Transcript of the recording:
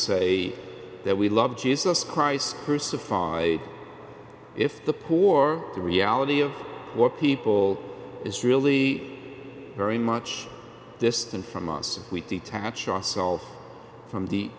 say that we love jesus christ crucified if the poor the reality of what people is really very much distant from us if we detach ourselves from the